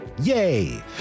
yay